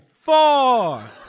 four